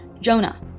Jonah